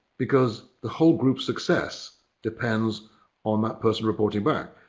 because the whole group success depends on that person reporting back.